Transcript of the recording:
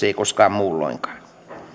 ei koskaan muulloinkaan